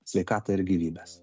sveikatą ir gyvybes